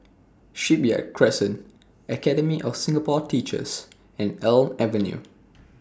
Shipyard Crescent Academy of Singapore Teachers and Elm Avenue